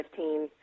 2015